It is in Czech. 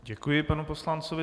Děkuji panu poslanci.